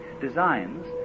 designs